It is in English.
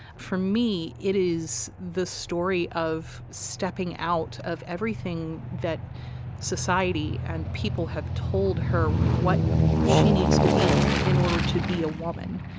for me it is the story of stepping out of everything that society and people have told her what she needs to be in order to be a woman.